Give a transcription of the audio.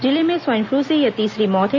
जिले में swine flu से यह तीसरी मौत है